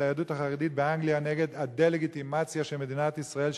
היהדות החרדית באנגליה נגד הדה-לגיטימציה של מדינת ישראל,